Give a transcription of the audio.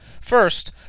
First